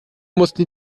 mussten